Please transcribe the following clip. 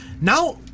Now